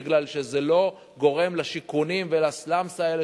בגלל שזה לא גורם לשיכונים ולסלאמס האלה,